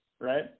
right